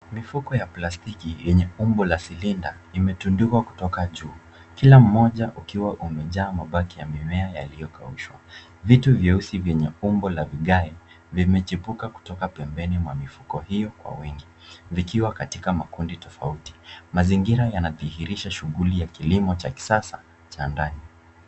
Mifuko ya plastiki yenye umbo la silinda imetundikwa kutoka juu. Kila mmoja ukiwa umejaa mabaki ya mimea yaliyokaushwa. Vitu vyeusi vyenye umbo la vigae vimechipuka kutoka pembeni mwa mifuko hiyo kwa uwingi, vikiwa katika makundi tofauti. Mazingira yanadhirisha shughuli ya kilimo cha kisasa cha ndani.